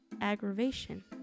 aggravation